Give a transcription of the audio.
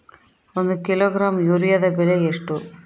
ಒಂದು ಕಿಲೋಗ್ರಾಂ ಯೂರಿಯಾದ ಬೆಲೆ ಎಷ್ಟು?